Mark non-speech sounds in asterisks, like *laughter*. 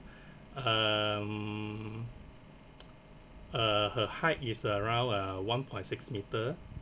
*breath* um uh her height is around uh one point six meter